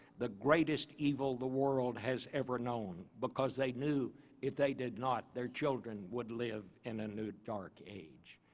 the greatest evil the world has ever known, because they knew that if they did not, their children would live in a new dark age.